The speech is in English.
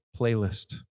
playlist